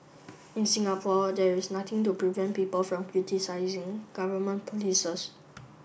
in Singapore there is nothing to prevent people from criticising government polices